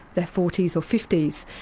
their forty s or fifty s,